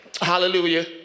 Hallelujah